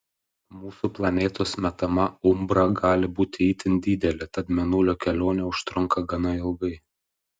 mūsų planetos metama umbra gali būti itin didelė tad mėnulio kelionė užtrunka gana ilgai